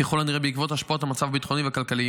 ככל הנראה בעקבות השפעות המצב ביטחוני והכלכלי.